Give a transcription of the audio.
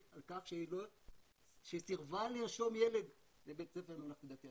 על כך שהיא סירבה לרשום ילד לבית ספר ממלכתי דתי,